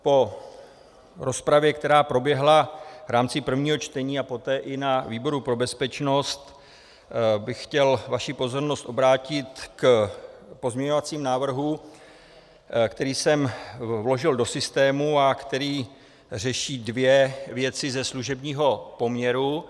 Po rozpravě, která proběhla v rámci prvního čtení a poté i na výboru pro bezpečnost, bych chtěl vaši pozornost obrátit k pozměňovacímu návrhu, který jsem vložil do systému a který řeší dvě věci ze služebního poměru.